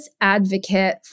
advocate